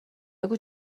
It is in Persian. بگو